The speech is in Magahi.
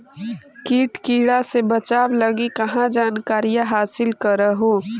किट किड़ा से बचाब लगी कहा जानकारीया हासिल कर हू?